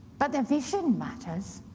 but the vision matters.